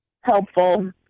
helpful